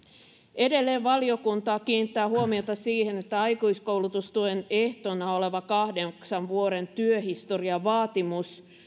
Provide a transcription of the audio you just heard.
edelleen valiokunta kiinnittää huomiota siihen että aikuiskoulutustuen ehtona oleva kahdeksan vuoden työhistoriavaatimus